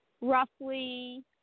roughly